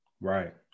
Right